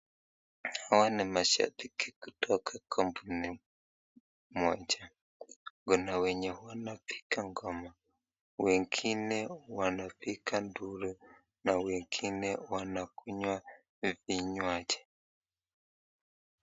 Hao ni mashabiki kutoka kampuni moja, kuna wenye wanaoiga ngoma, wengine wanaoiga nduru na wengine wanakunywa vinywaji.